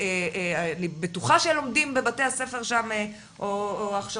אני בטוחה שלומדים בבתי הספר או ההכשרות